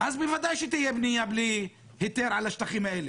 אז בוודאי שתהיה בנייה בלי היתר על השטחים האלה.